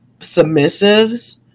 submissives